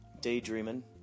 Daydreaming